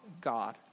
God